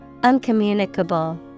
Uncommunicable